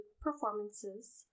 performances